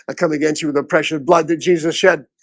ah come against you with the precious blood that jesus shed.